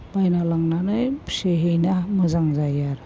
बायना लांनानै फिसिहैनो मोजां जायो आरो